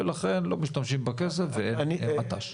לכן לא משתמשים בכסף ואין מט"ש.